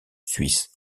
suisse